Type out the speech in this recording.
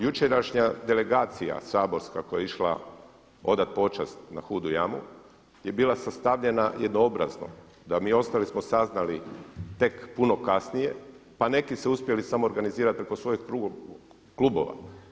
Jučerašnja delegacija saborska koja je išla odat počast na Hudu jamu je bila sastavljena jednoobrazno, da mi ostali smo saznali tek puno kasnije, pa neki se uspjeli samoorganizirati preko svojih klubova.